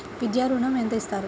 విద్యా ఋణం ఎంత ఇస్తారు?